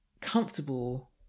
comfortable